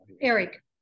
Eric